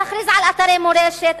להכריז על אתרי מורשת,